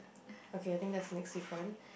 okay I think there's a next different